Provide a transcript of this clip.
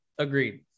Agreed